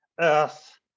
Earth